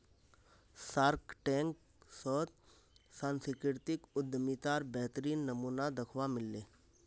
Shark Tank शोत सांस्कृतिक उद्यमितार बेहतरीन नमूना दखवा मिल ले